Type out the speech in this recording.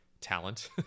talent